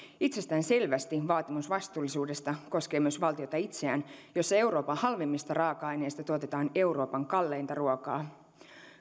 itsestään selvästi vaatimus vastuullisuudesta koskee myös valtiota itseään jossa euroopan halvimmista raaka aineista tuotetaan euroopan kalleinta ruokaa